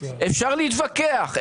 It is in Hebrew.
אפשר להתווכח,